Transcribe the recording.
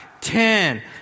ten